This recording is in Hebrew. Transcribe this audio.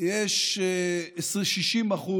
יש 60%